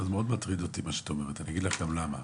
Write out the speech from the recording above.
ברמה האישית מטריד אותי מאוד מה שאת אומרת ואגיד לך למה,